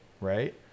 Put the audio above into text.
right